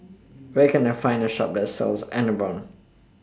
Where Can I Find A Shop that sells Enervon